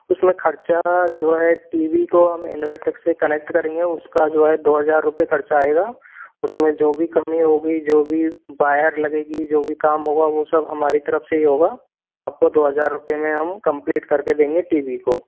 उसमें खर्चा जो है टी वी को हम इनवर्टर से कनेक्ट करेंगे और उसका जो है दो हजार रूपिये खर्चा आएगा उसमें जो भी कमी होगी जो भी वायर लगेगी जो भी काम होगा वो सब हमारी तरफ से ही होगा आपको दो हजार रूपिये में हम कंप्लीट करके देंगे टी वी को